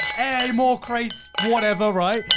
hey, more crates! whatever, right?